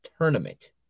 tournament